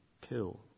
kill